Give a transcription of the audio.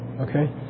Okay